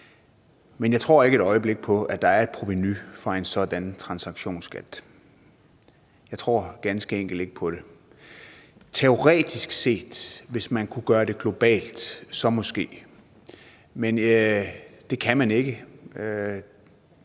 Men jeg tror ikke et øjeblik på, at der vil være et provenu fra en sådan transaktionsskat. Jeg tror ganske enkelt ikke på det. Teoretisk set kunne der måske, hvis man kunne gøre det globalt. Men det kan man ikke.